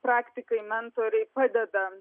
praktikai mentoriai padeda